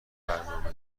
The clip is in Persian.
برنامه